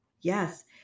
Yes